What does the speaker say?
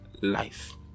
life